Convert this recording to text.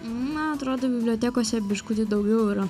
man atrodo bibliotekose biškutį daugiau yra